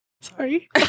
Sorry